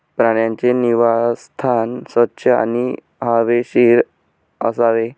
प्राण्यांचे निवासस्थान स्वच्छ आणि हवेशीर असावे